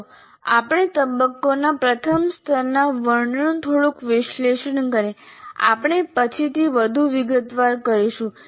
ચાલો આપણે તબક્કાઓના પ્રથમ સ્તરના વર્ણનનું થોડુંક વિશ્લેષણ કરીએ આપણે પછીથી વધુ વિગતવાર કરીશું